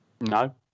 No